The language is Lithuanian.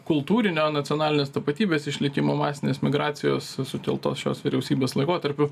kultūrinio nacionalinės tapatybės išlikimo masinės migracijos sukeltos šios vyriausybės laikotarpiu